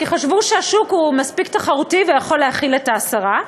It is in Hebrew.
כי חשבו שהשוק מספיק תחרותי ויכול להכיל את ההסרה.